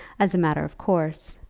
as a matter of course,